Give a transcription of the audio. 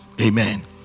amen